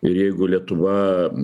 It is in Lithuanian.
ir jeigu lietuva